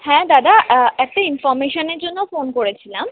হ্যাঁ দাদা একটা ইনফরমেশানের জন্য ফোন করেছিলাম